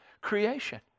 creation